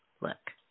Look